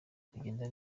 kugenda